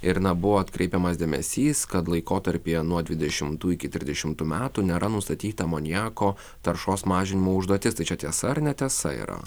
ir na buvo atkreipiamas dėmesys kad laikotarpyje nuo dvidešimtų iki trisdešimtų metų nėra nustatyta amoniako taršos mažinimo užduotis tai čia tiesa ar netiesa yra